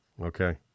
okay